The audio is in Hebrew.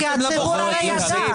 כי הציבור ידע.